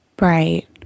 Right